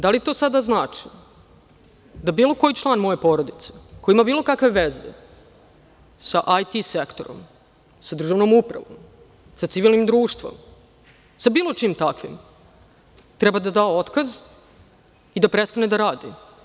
Da li to sada znači da bilo koji član moje porodice koji ima bilo kakve veze sa IT sektorom, sa državnom upravom, sa civilnim društvom, sa bilo čim takvim, treba da da otkaz i da prestane da radi?